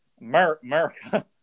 America